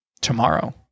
tomorrow